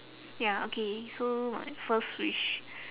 ya okay so my first wish